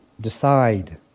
decide